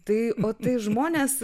tai o tai žmonės